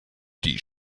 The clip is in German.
die